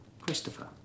Christopher